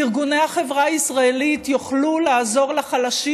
ארגוני החברה הישראלית יוכלו לעזור לחלשים